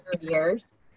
years